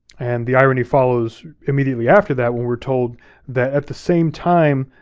and the irony follows immediately after that when we're told that at the same time